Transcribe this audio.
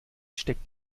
steckt